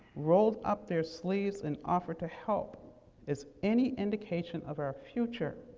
rolled up their sleeves, and offered to help is any indication of our future,